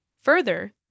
Further